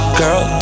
girl